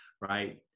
right